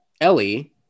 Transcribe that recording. Ellie